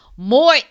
More